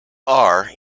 are